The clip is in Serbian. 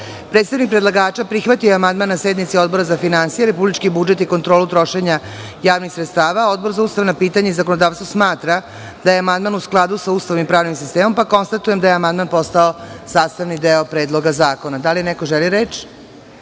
9.Predstavnik predlagača prihvatio je amandman na sednici Odbora za finansije, republički budžet i kontrolu trošenja javnih sredstava. Odbor za ustavna pitanja i zakonodavstvo smatra da je amandman u skladu sa Ustavom i pravnim sistemom. Konstatujem da je amandman postao sastavni deo Predloga zakona. Da li neko želi reč?